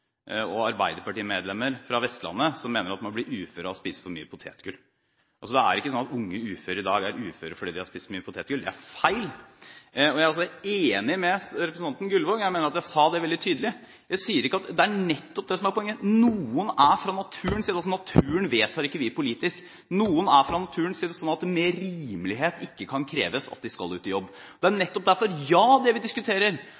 og Arbeiderparti-medlemmer fra Vestlandet som mener at man blir ufør av å spise for mye potetgull. Det er ikke slik at unge uføre i dag blir uføre fordi de har spist for mye potetgull. Det er feil. Jeg er enig med representanten Gullvåg, og jeg mener at jeg sa det veldig tydelig. Noen er fra naturens side – og naturen vedtar vi ikke politisk – slik at det med rimelighet ikke kan kreves at de skal ut i jobb. Ja, det er nettopp derfor at det vi diskuterer,